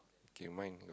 okay mine got